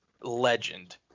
legend